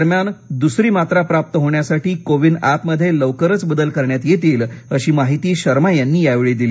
दरम्यान दुसरी मात्रा प्राप्त होण्यासाठी कोविन एप मध्ये लवकरच बदल करण्यात येतील अशी माहिती शर्मा यांनी यावेळी दिली